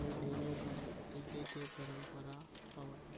अउ धेनु गाय टिके के पंरपरा हवय